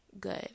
good